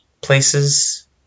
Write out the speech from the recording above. places